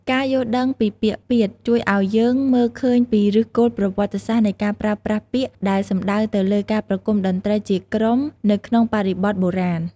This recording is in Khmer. ការយល់ដឹងពីពាក្យ "ពាទ្យ" ជួយឱ្យយើងមើលឃើញពីឫសគល់ប្រវត្តិសាស្ត្រនៃការប្រើប្រាស់ពាក្យដែលសំដៅទៅលើការប្រគំតន្ត្រីជាក្រុមនៅក្នុងបរិបទបុរាណ។